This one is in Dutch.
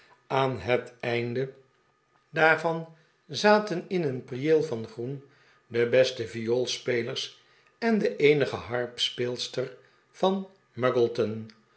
aan het einde daarvan zaten in een prieel van groen de beste vioolspelers en de eenige harpspeelster van